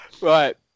Right